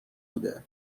بوده